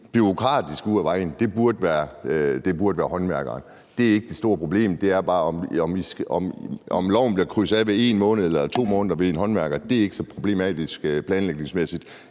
burde være håndværkerne. Det er ikke det store problem. Det er bare et spørgsmål om, om der i loven bliver krydset af ved 1 måned eller 2 måneder ved en håndværker. Det er ikke så problematisk planlægningsmæssigt.